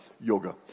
yoga